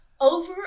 over